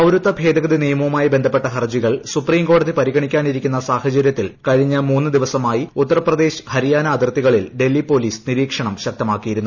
പൌരത്വ ഭേദഗതി നിയമ്പ്പുമായി ബന്ധപ്പെട്ട ഹർജികൾ സുപ്രീം കോടതി പരിഗണിക്കാന്നിരിക്കുന്ന സാഹചരൃത്തിൽ കഴിഞ്ഞ മൂന്ന് ദിവസമായി ഉത്തർപ്രദേശ് ഹരിയാന അതിർത്തികളിൽ ഡൽഹി പൊലീസ് നിരീക്ഷണം ശക്തമാക്കിയിരുന്നു